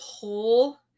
pull